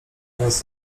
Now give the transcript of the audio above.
oraz